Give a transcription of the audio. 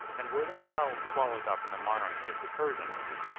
and were themselves swallowed up in the monarchy of the persians,